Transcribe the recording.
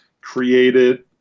created